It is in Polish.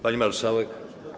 Pani Marszałek!